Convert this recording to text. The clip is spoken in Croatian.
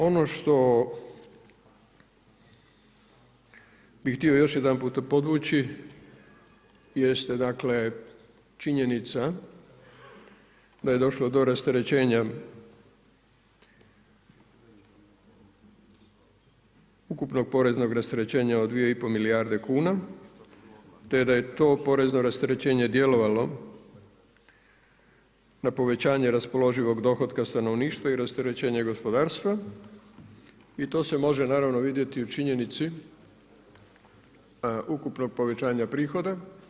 Ono što bih htio još jedanput podvući jeste dakle činjenica da je došlo do rasterećenja ukupnog poreznog rasterećenja od 2,5 milijarde kn, te da je to porezno rasterećenje djelovalo na povećanje raspoloživog dohotka stanovništva i rasterećenje gospodarstva i to se može naravno vidjeti i u činjenici ukupnog povećanja prihoda.